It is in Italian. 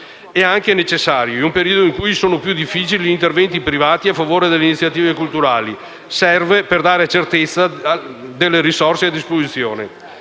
profilo, necessario in un periodo in cui sono più difficili gli interventi privati a favore delle iniziative culturali, e utile per dare certezza delle risorse a disposizione.